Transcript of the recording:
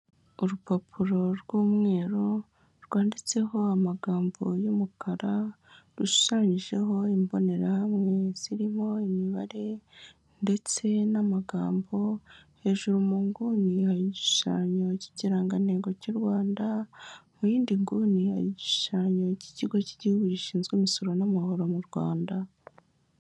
Urupapuro rw'umweru rwanditseho amagambo y'umukara, rushushanyijeho imbonerahamwe zirimo imibare ndetse n'amagambo, hejuru munguni har'igishushushanyo har'igishushanyo cy' ikirangantego cy'u Rwanda, mu yindi nguni, har' igishushanyo cy'ikigo cy'igihugu gishinzwe imisoro n'amahoro mu Rwanda.